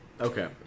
Okay